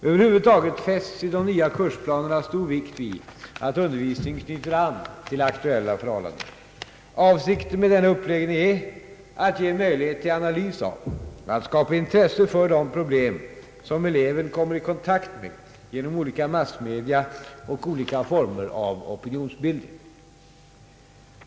Över huvud taget fästs i de nya kursplanerna stor vikt vid att undervisningen knyter an till aktuella förhållanden. Avsikten med denna uppläggning är att ge möjlighet till analys av och att skapa intresse för de problem som eleven kommer i kontakt med ge: nom olika massmedia och olika former av opinionsbildning.